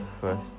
first